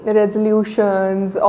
resolutions